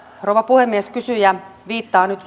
rouva puhemies kysyjä viittaa nyt